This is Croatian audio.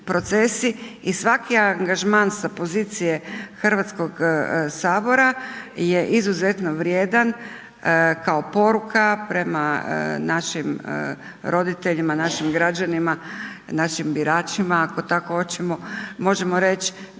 i svaki angažman sa pozicije HS-a je izuzetno vrijedan kao poruka prema našim roditeljima, našim građanima, našim biračima, ako tako hoćemo,